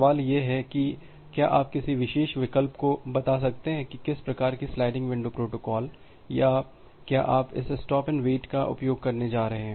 सवाल यह है कि क्या आप किसी विशेष विकल्प को बता सकते हैं कि किस प्रकार की स्लाइडिंग विंडो प्रोटोकॉल या क्या आप इस स्टॉप एन्ड वेट का उपयोग करने जा रहे हैं